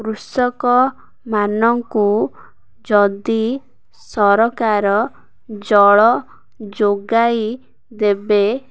କୃଷକମାନଙ୍କୁ ଯଦି ସରକାର ଜଳ ଯୋଗାଇ ଦେବେ